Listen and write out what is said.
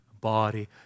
body